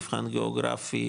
מבחן גאוגרפי,